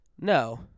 No